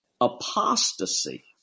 apostasy